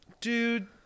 dude